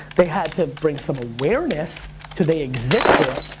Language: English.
they had to bring some awareness to they existed,